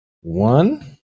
One